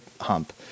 hump